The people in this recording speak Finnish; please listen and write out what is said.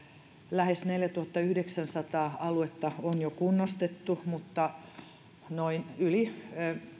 lähes neljätuhattayhdeksänsataa aluetta on jo kunnostettu mutta yli